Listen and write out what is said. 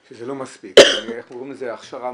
זה מיוחד לחלבי,